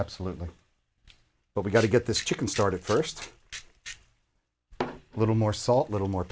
absolutely but we got to get this chicken started first a little more salt little more